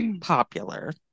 popular